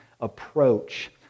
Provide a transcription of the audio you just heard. approach